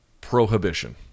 prohibition